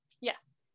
Yes